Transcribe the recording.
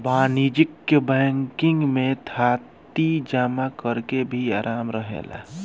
वाणिज्यिक बैंकिंग में थाती जमा करेके भी आराम रहेला